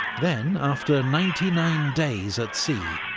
then, after ninety nine days at sea,